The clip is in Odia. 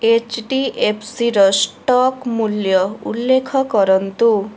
ଏଚଡ଼ିଏଫସିର ଷ୍ଟକ ମୂଲ୍ୟ ଉଲ୍ଲେଖ କରନ୍ତୁ